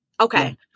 Okay